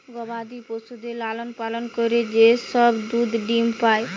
গবাদি পশুদের লালন পালন করে যে সব দুধ ডিম্ পাই